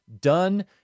done